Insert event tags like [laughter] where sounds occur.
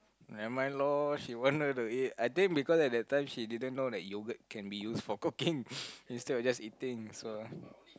never mind loh she wanted to eat I think because at that time she didn't know that yogurt can be used for cooking [laughs] instead of just eating so